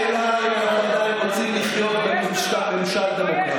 על השאלה אם אנחנו עדיין רוצים לחיות בממשל דמוקרטי,